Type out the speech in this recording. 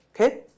okay